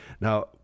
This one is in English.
Now